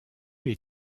les